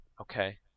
Okay